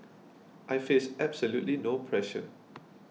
I face absolutely no pressure